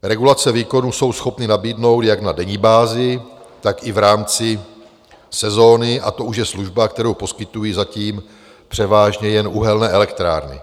Regulaci výkonu jsou schopny nabídnout jak na denní bázi, tak i v rámci sezóny, a to už je služba, kterou poskytují zatím převážně jen uhelné elektrárny.